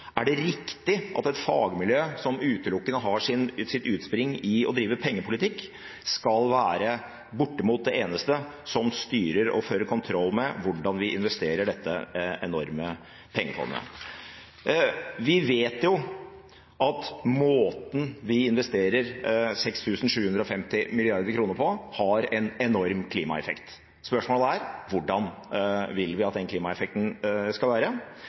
Er det riktig at et fagmiljø som utelukkende har sitt utspring i å drive pengepolitikk, skal være bortimot det eneste som styrer og fører kontroll med hvordan vi investerer dette enorme pengefondet? Vi vet at måten vi investerer 6 750 mrd. kr på, har en enorm klimaeffekt. Spørsmålet er: Hvordan vil vi at den klimaeffekten skal være?